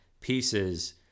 pieces